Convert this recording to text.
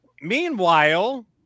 Meanwhile